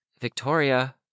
Victoria